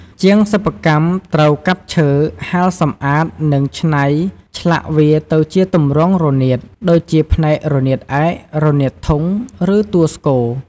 ជាងសិប្បកម្មត្រូវកាប់ឈើ ហាល សម្អាត និងច្នៃឆ្លាក់វាទៅជាទម្រង់រនាត ដូចជាផ្នែករនាតឯក រនាតធុង ឬតួស្គរ។